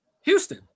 Houston